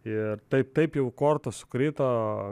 ir taip taip jau kortos sukrito